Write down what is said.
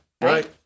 Right